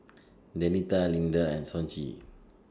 Danita Leander and Sonji